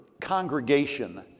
congregation